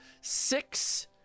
six